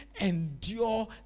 endure